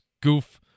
goof